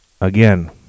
again